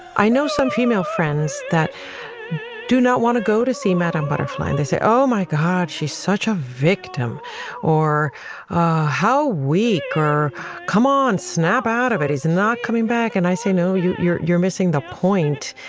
i know some female friends that do not want to go to see madame butterfly and they say, oh, my god, she's such a victim or how weak or come on, snap out of it. he's not coming back. and i say, no, you're you're missing the point.